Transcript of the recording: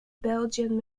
belgian